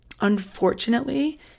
unfortunately